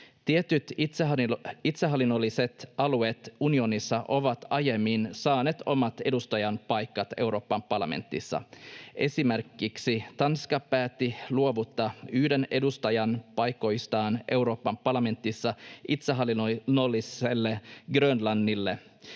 Tietyt itsehallinnolliset alueet unionissa ovat aiemmin saaneet omat edustajanpaikat Euroopan parlamentissa. Esimerkiksi Tanska päätti luovuttaa yhden edustajanpaikoistaan Euroopan parlamentissa itsehallinnolliselle Grönlannille.